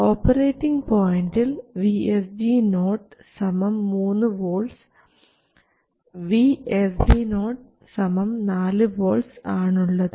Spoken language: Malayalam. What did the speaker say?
ഓപ്പറേറ്റിംഗ് പോയൻറിൽ VSG0 3 volts volts VSD0 4 volts ആണുള്ളത്